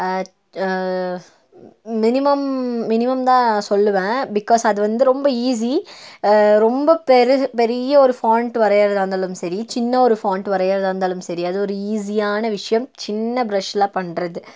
minimum minimum தான் சொல்வேன் because அது வந்து ரொம்ப ஈஸி ரொம்ப பிறகு பெரிய ஒரு ஃபாண்ட்டு வரைகிறதா இருந்தாலும் சரி சின்ன ஒரு ஃபாண்ட்டு வரைகிறதா இருந்தாலும் சரி அது ஒரு ஈஸியான விஷயம் சின்ன ப்ரஷில் பண்ணுறது